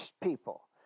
people